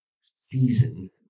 season